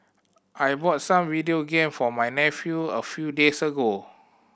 I bought some video game for my nephew a few days ago